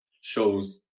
shows